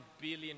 billion